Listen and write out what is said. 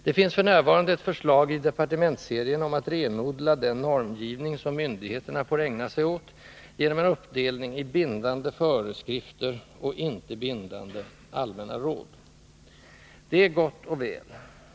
Det finns f. n. ett förslag i departementsserien om att renodla den normgivning som myndigheterna får ägna sig åt genom en uppdelning i bindande ”föreskrifter” och inte bindande ”allmänna råd”. Det är gott och väl.